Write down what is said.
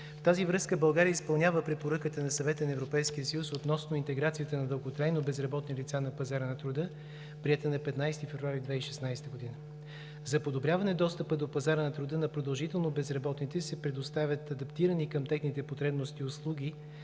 В тази връзка България изпълнява Препоръката на Съвета на Европейския съюз относно интеграцията на дълготрайно безработни лица на пазара на труда, приета на 15 февруари 2016 г. За подобряване достъпа до пазара на труда на продължително безработните се предоставят адаптирани към техните потребности услуги